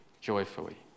joyfully